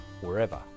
wherever